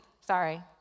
sorry